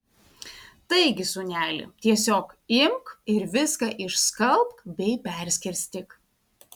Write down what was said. taigi sūneli tiesiog imk ir viską išskalbk bei perskirstyk